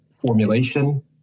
formulation